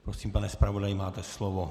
Prosím, pane zpravodaji, máte slovo.